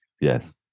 yes